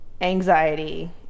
anxiety